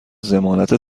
ضمانت